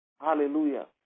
Hallelujah